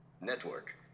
Network